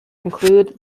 include